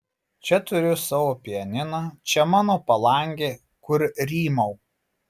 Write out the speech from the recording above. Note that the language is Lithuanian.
čia turiu savo pianiną čia mano palangė kur rymau